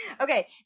Okay